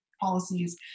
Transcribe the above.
policies